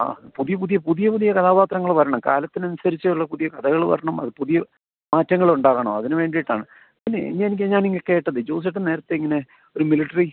ആ പുതിയ പുതിയ പുതിയ പുതിയ കഥാപാത്രങ്ങൾ വരണം കാലത്തിനനുസരിച്ചുള്ള പുതിയ കഥകൾ വരണം അത് പുതിയ മാറ്റങ്ങൾ ഉണ്ടാകണം അതിന് വേണ്ടിയിട്ടാണ് പിന്നെ ഇനി എനിക്ക് ഞാൻ ഇങ്ങനെ കേട്ടതെ ജോസേട്ടൻ നേരത്തെ ഇങ്ങനെ ഒരു മിലിറ്ററി